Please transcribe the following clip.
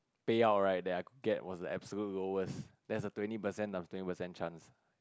payout right that I could get was the absolute lowest that's a twenty percent times twenty percent chance